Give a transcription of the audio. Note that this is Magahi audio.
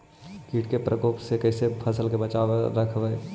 कीट के परकोप से कैसे फसल बचाब रखबय?